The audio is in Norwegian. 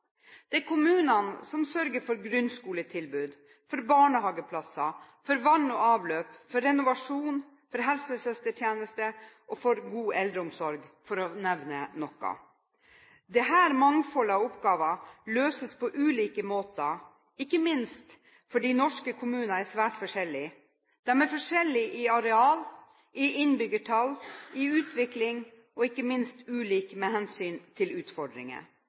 Det er kommunene som sørger for grunnskoletilbud og barnehageplasser, for vann og avløp, for renovasjon, for helsesøstertjeneste og for god eldreomsorg, for å nevne noe. Dette mangfoldet av oppgaver løses på ulike måter, ikke minst fordi norske kommuner er svært forskjellige. De er forskjellige i areal, i innbyggertall, i utvikling og ikke minst ulike med hensyn til utfordringer.